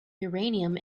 uranium